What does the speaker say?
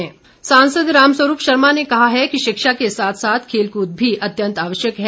रामस्वरूप सांसद रामस्वरूप शर्मा ने कहा है कि शिक्षा के साथ साथ खेलकूद भी अत्यंत आवश्यक है